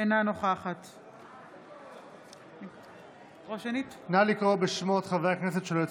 אינה נוכחת נא לקרוא בשמות חברי הכנסת שלא הצביעו.